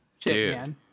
Dude